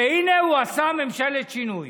והינה, הוא עשה ממשלת שינוי.